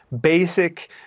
basic